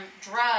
drugs